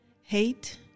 Hate